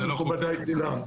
היושב-ראש, מכובדי כולם,